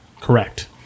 Correct